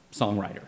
songwriter